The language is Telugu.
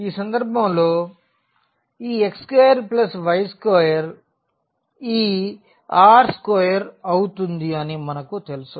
ఈ సందర్భంలో ఈ x square plus y square ఈ r స్క్వేర్ అవుతుందని మనకు తెలుసు